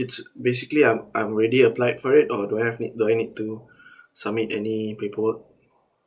it's basically I'm I'm already applied for it or do I have need do I need to submit any paperwork